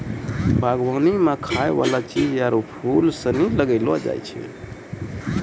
बागवानी मे खाय वाला चीज आरु फूल सनी लगैलो जाय छै